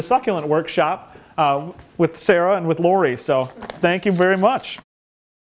the succulent workshop with sarah and with laurie so thank you very much